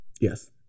Yes